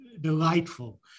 delightful